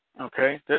Okay